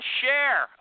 share